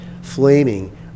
flaming